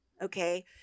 okay